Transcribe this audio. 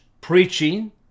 preaching